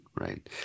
right